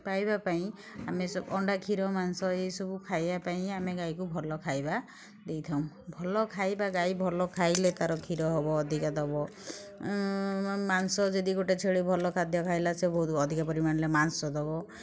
ପାଇବା ପାଇଁ ଆମେ ଅଣ୍ଡା କ୍ଷୀର ମାଂସ ଏସବୁ ଖାଇବା ପାଇଁ ଆମେ ଗାଈକୁ ଭଲ ଖାଇବା ଦେଇଥାଉ ଭଲ ଖାଇବା ଗାଈ ଭଲ ଖାଇଲେ ତା'ର କ୍ଷୀର ହେବ ଅଧିକା ଦେବ ମାଂସ ଯଦି ଗୋଟେ ଛେଳି ଭଲ ଖାଦ୍ୟ ଖାଇଲା ସେ ବହୁତ ଅଧିକା ପରିମାଣରେ ମାଂସ ଦେବ